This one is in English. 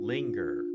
Linger